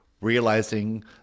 realizing